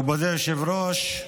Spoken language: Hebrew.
מכובדי היושב-ראש,